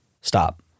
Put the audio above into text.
Stop